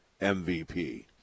MVP